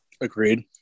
Agreed